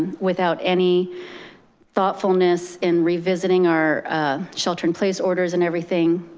without any thoughtfulness in revisiting our shelter in place orders and everything,